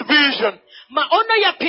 vision